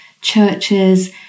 churches